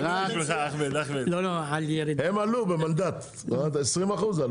הם עלו במנדט בעוד 20% עלו.